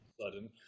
sudden